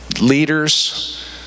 Leaders